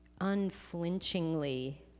unflinchingly